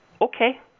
Okay